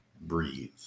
breathe